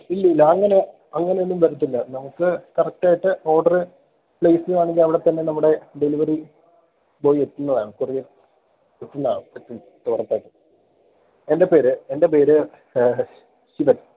ഇല്ല ഇല്ല അങ്ങനെ അങ്ങനെയൊന്നും വരില്ല നമുക്ക് കറക്റ്റായിട്ട് ഓർഡര് പ്ലെയ്സ് ചെയ്യുകയാണെങ്കില് അവിടെത്തന്നെ നമ്മുടെ ഡെലിവറി ബോയ് എത്തുന്നതാണ് കൊറിയർ എത്തുന്നതാണ് ഉറപ്പായിട്ടും എൻ്റെ പേര് എൻ്റെ പേര് ശിവൻ